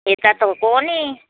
यता त कोनि